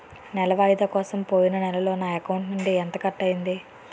నెల వాయిదా కోసం పోయిన నెలలో నా అకౌంట్ నుండి ఎంత కట్ అయ్యింది?